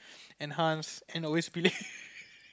enhance and always believe